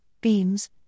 beams